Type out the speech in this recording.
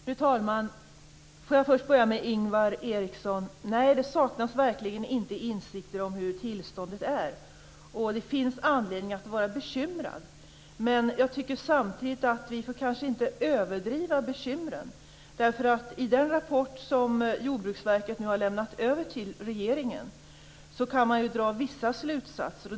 Fru talman! Får jag först säga till Ingvar Eriksson: Nej, det saknas verkligen inte insikter om hur tillståndet är, och det finns anledning att vara bekymrad. Men jag tycker samtidigt att vi kanske inte får överdriva bekymren. I den rapport som Jordbruksverket nu har lämnat över till regeringen kan man ju dra vissa slutsatser.